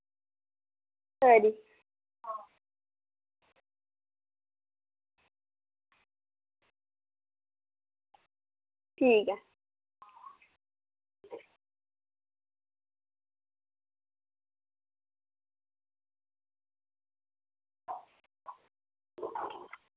खरी ठीक ऐ